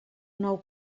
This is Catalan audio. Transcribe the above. nou